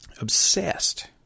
obsessed